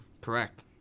Correct